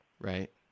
Right